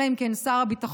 אלא אם כן שר הביטחון,